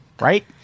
Right